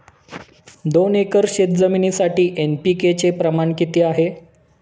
दोन एकर शेतजमिनीसाठी एन.पी.के चे प्रमाण किती आहे?